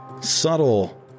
subtle